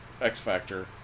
X-Factor